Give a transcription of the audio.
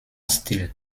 style